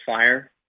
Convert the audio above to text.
fire